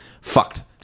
fucked